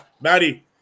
maddie